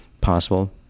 possible